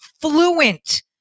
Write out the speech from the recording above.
fluent